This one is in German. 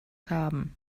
haben